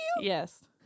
Yes